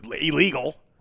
illegal